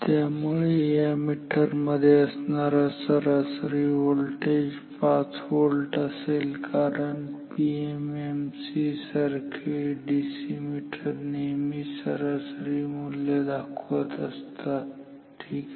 त्यामुळे या मीटर मध्ये असणारा सरासरी व्होल्टेज 5 व्होल्ट असेल कारण पीएमएमसी सारखे डीसी मीटर नेहमी सरासरी मूल्य दाखवत असतात ठीक आहे